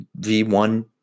V1